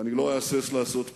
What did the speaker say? ואני לא אהסס לעשות כך.